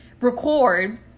record